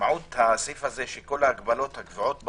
שמשמעות הסעיף הזה היא שכל ההגבלות הקבועות בחוק,